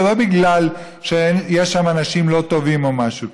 לא בגלל שיש שם אנשים לא טובים או משהו כזה,